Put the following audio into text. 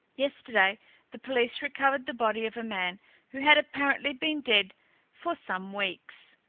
yesterday the police recovered the body of a man who had apparently been dead for some weeks,